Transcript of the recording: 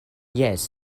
jes